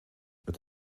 het